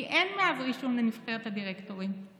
כי מאז אין רישום לנבחרת הדירקטורים.